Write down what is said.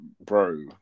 bro